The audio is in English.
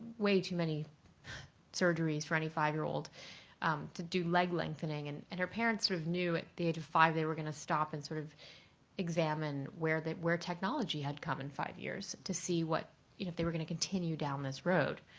way too many surgeries for any five year old to do leg lengthening and and her parents sort of knew at the age of five they were going to stop and sort of examine where technology had come in five years to see what you know if they were going to continue down this road.